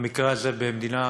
במקרה הזה בעיראק,